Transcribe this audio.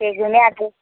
से घुमै देब